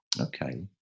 Okay